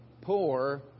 poor